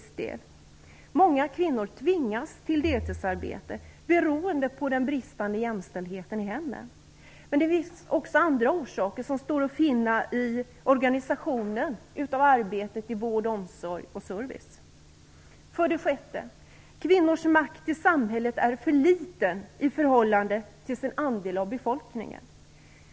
Många kvinnor tvingas till deltidsarbete beroende på den bristande jämställdheten i hemmen. Men det finns också andra orsaker som står att finna i organisationen av arbetet inom vård, omsorg och service. För det sjätte: Kvinnors makt i samhället är för liten i förhållande till sin andel av befolkningen.